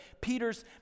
Peter's